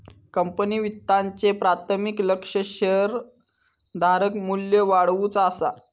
company वित्ताचे प्राथमिक लक्ष्य शेअरधारक मू्ल्य वाढवुचा असा